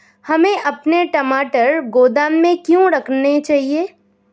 हमें अपने टमाटर गोदाम में क्यों रखने चाहिए?